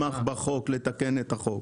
בחוק לתקן את החוק?